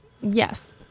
Yes